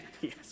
Yes